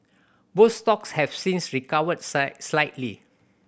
both stocks have since recovered slightly